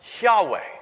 Yahweh